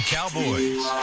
Cowboys